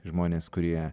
žmonės kurie